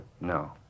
No